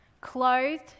clothed